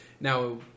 Now –